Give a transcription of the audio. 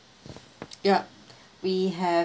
yup we have